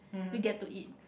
we get to eat